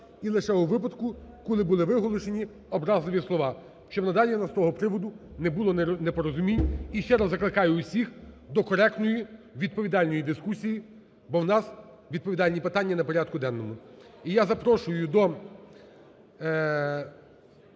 і лише у випадку, коли були виголошені образливі слова. Щоб надалі в нас з того приводу не було непорозумінь. І ще раз закликаю усіх до коректної відповідальної дискусії, бо в нас відповідальні питання на порядку денному. І я запрошую до